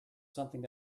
something